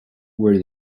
were